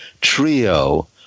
trio